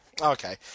Okay